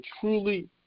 truly